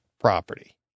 property